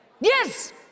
Yes